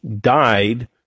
died